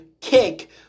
kick